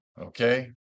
okay